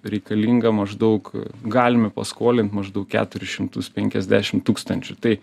reikalinga maždaug galime paskolint maždaug keturis šimtus penkiasdešim tūkstančių tai